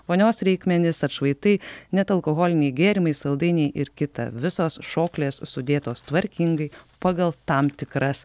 vonios reikmenys atšvaitai net alkoholiniai gėrimai saldainiai ir kita visos šoklės sudėtos tvarkingai pagal tam tikras